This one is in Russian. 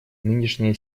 нынешняя